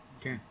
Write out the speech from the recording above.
Okay